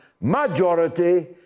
majority